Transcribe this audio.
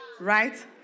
Right